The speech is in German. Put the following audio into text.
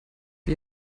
wie